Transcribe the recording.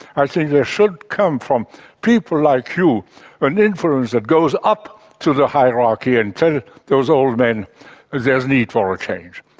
i think there should come from people like you an influence that goes up to the hierarchy and tell those old men there's need for a change!